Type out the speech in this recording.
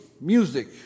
music